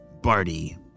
Barty